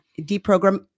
deprogram